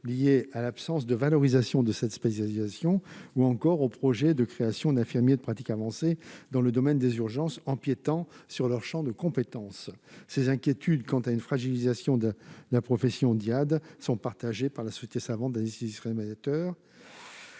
liées à l'absence de valorisation de cette spécialisation ainsi qu'au projet de création d'un statut d'infirmier en pratique avancée dans le domaine des urgences, empiétant sur leur champ de compétences. Ces inquiétudes quant à une fragilisation de la profession d'IADE sont partagées par la société savante des anesthésistes réanimateurs,